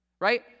Right